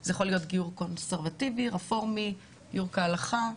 זה שאלות ש- זה אפילו קצת מוגזם לענות לכאלה שאלות.